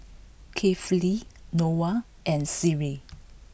Kefli Noah and Seri